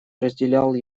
разделял